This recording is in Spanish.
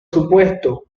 supuesto